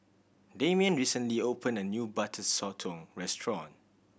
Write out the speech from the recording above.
Damian recently opened a new Butter Sotong restaurant